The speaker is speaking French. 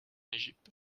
égypte